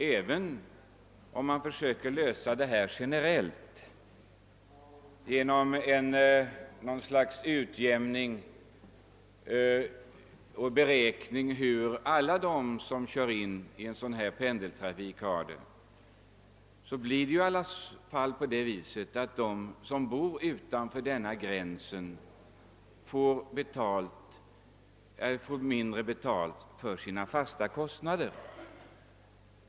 Även om man försöker lösa problemet generellt genom något slags utjämning på grundval av en beräkning av hur alla de som kör i dylik pendeltrafik har det, får i alla fall de som bor utanför denna gräns mindre betalt för sina fasta kostnader.